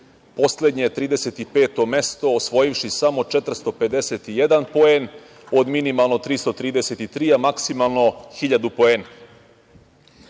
poslednje 35 mesto, osvojivši samo 451 poen od minimalno 333, a maksimalno 1.000 poena.